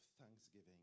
thanksgiving